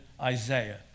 Isaiah